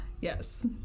Yes